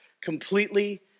completely